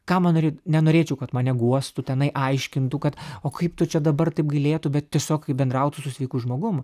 ką man norėt nenorėčiau kad mane guostų tenai aiškintų kad o kaip tu čia dabar taip gailėtų bet tiesiog kaip bendrautų su sveiku žmogum